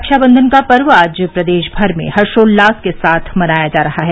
रक्षाबंधन का पर्व आज प्रदेश भर में हर्षोल्लास के साथ मनाया जा रहा है